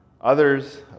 Others